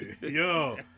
yo